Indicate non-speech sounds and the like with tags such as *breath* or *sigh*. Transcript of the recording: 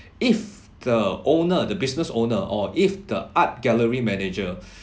if the owner the business owner or if the art gallery manager *breath*